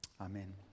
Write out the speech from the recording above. Amen